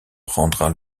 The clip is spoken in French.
prendra